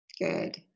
good